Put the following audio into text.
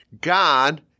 God